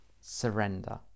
surrender